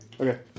Okay